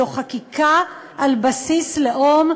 זו חקיקה על בסיס לאום,